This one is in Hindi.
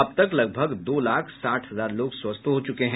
अब तक लगभग दो लाख साठ हजार लोग स्वस्थ हो चुके हैं